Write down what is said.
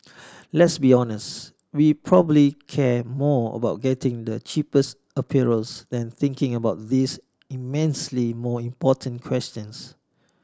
let's be honest we probably care more about getting the cheapest apparels than thinking about these immensely more important questions